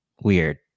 weird